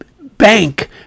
bank